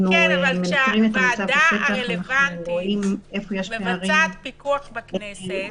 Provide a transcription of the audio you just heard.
אבל כשהוועדה הרלוונטית מבצעת פיקוח בכנסת,